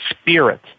spirit